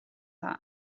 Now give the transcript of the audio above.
dda